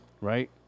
Right